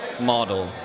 model